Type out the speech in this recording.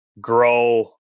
grow